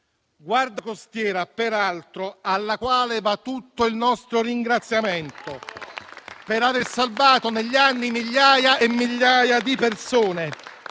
Guardia costiera, alla quale, peraltro, va tutto il nostro ringraziamento per aver salvato negli anni migliaia e migliaia di persone